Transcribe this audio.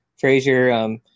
Frazier